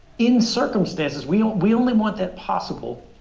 in circumstances we we only want that possible